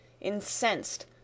Incensed